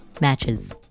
matches